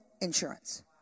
insurance